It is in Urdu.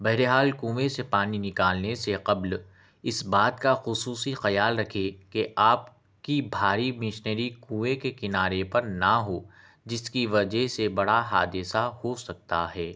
بہرحال کنویں سے پانی نکالنے سے قبل اس بات کا خصوصی خیال رکھیے کہ آپ کی بھاری مشنری کنویں کے کنارے پر نہ ہو جس کی وجہ سے بڑا حادثہ ہو سکتا ہے